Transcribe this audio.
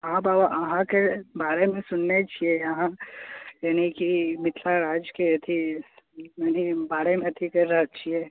हँ बाबा अहाँके बारेमे सुनने छियै अहाँ यानि कि मिथिला राज्यके अथी मने बारेमे अथी कहि रहल छियै